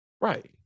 Right